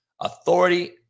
Authority